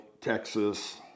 Texas